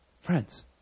friends